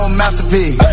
masterpiece